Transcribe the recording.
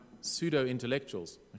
pseudo-intellectuals